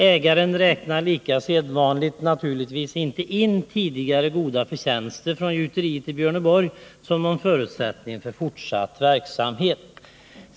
Ägaren räknar lika sedvanligt naturligtvis inte in tidigare goda förtjänster från gjuteriet i Björneborg som någon förutsättning för fortsatt verksamhet.